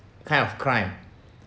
kind of crime